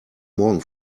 morgen